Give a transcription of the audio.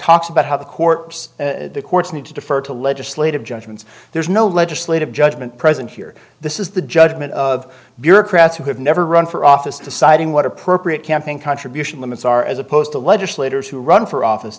talks about how the courts the courts need to defer to legislative judgments there's no legislative judgment present here this is the judgment of bureaucrats who have never run for office deciding what appropriate campaign contribution limits are as opposed to legislators who run for office